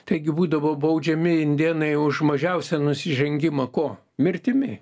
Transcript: taigi būdavo baudžiami indėnai už mažiausią nusižengimą kuo mirtimi